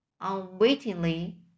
unwittingly